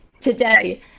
today